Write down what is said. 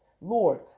Lord